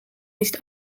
nicht